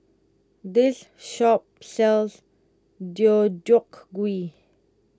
this shop sells Deodeok Gui